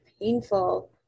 painful